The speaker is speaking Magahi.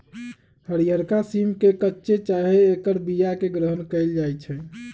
हरियरका सिम के कच्चे चाहे ऐकर बियाके ग्रहण कएल जाइ छइ